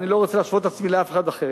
אני לא רוצה להשוות את עצמי לאף אחד אחר,